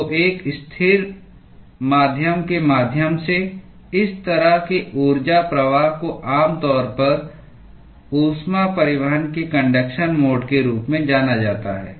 तो एक स्थिर माध्यम के माध्यम से इस तरह के ऊर्जा प्रवाह को आम तौर पर ऊष्मा परिवहन के कन्डक्शन मोड के रूप में जाना जाता है